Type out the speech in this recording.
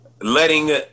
letting